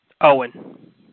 Owen